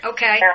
Okay